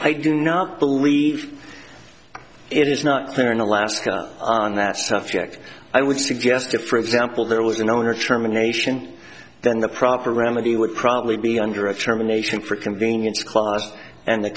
i do not believe it is not clear in alaska on that subject i would suggest if for example there was an owner terminations then the proper remedy would probably be under of terminations for convenience class and the